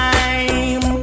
Time